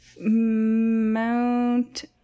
Mount